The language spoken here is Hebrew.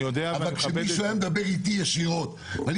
אבל כשמישהו היה מדבר איתי ישירות ואני